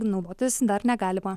naudotis dar negalima